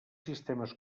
sistemes